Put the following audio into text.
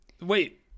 Wait